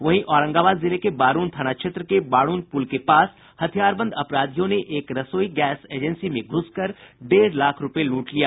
वहीं औरंगाबाद जिले के बारूण थाना क्षेत्र के बारूण पुल के पास हथियारबंद अपराधियों ने एक रसोई गैस एजेंसी में घुसकर डेढ़ लाख रुपये लूट लिया